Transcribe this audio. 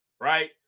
right